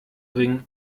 ring